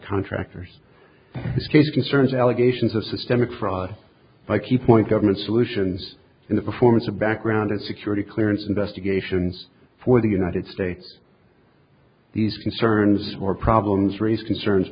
case concerns allegations of systemic fraud by key point government solutions in the performance of background security clearance investigations for the united states these concerns or problems raise concerns